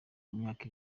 imyaka